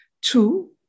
Two